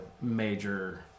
major